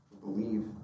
Believe